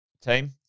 team